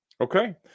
Okay